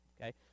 okay